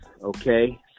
Okay